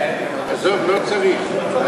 עזוב, לא צריך.